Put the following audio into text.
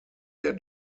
der